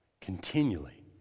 Continually